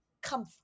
come